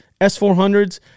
S-400s